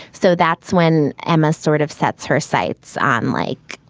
so that's when emma sort of sets her sights on like,